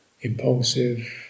impulsive